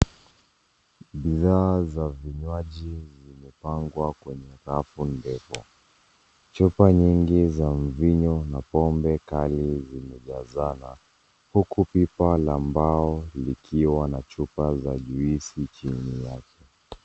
Bidhaa za vinywaji vimepangwa kwenye rafu ndefu. Chupa nyingi za vinyo na pombe kali vimejazana huku pipa la mbao likiwa na chuba za juice jini yake.